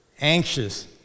anxious